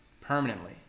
Permanently